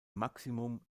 maximum